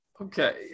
Okay